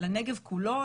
לנגב כולו,